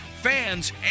fans